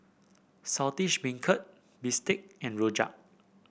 Saltish Beancurd bistake and rojak